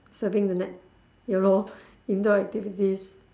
surfing the net ya lor indoor activities